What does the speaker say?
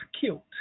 killed